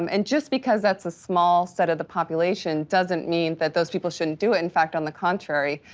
um and just because that's a small set of the population doesn't mean that those people shouldn't do it. in fact, on the contrary,